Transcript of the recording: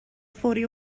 فوری